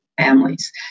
families